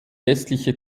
westliche